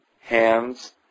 hands